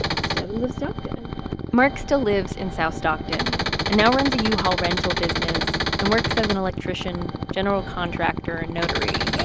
stebbins of stockton mark still lives in south stockton and now runs a yeah u-haul rental business and works as an electrician, general contractor and notary